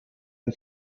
ein